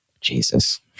Jesus